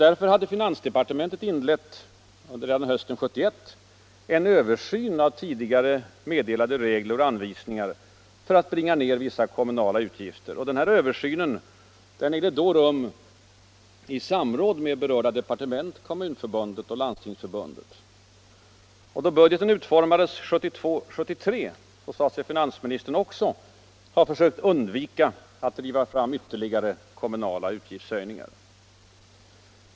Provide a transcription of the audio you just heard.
Därför hade finansdepartementet under hösten 1971 inlett en översyn av tidigare meddelade regler och anvisningar för att nedbringa vissa kommunala utgifter. Översynen ägde rum i samråd med berörda departement, Kommunförbundet och Landstingsförbundet. Och då budgeten för 1972/73 utformades, sade sig finansministern också ”ha sökt undvika att driva fram ytterligare kommunala utgiftshöjningar”.